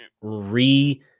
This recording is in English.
re